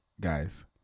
guys